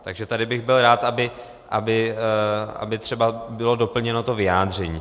Takže tady bych byl rád, aby třeba bylo doplněno to vyjádření.